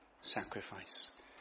sacrifice